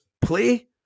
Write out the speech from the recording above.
play